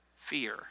fear